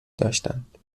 داشتند